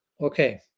okay